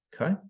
Okay